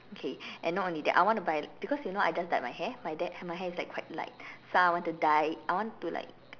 okay and not only that I want to buy because you know I just dyed my hair and my hair is like quite light so I want to dye I want to like